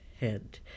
head